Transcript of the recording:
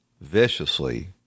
viciously